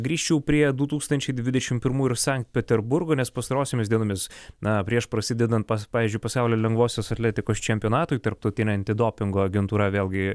grįžčiau prie du tūkstančiai dvidešim pirmų ir sankt peterburgo nes pastarosiomis dienomis na prieš prasidedant pas pavyzdžiui pasaulio lengvosios atletikos čempionatui tarptautinė antidopingo agentūra vėlgi